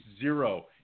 zero